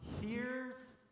hears